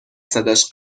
صداش